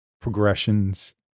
progressions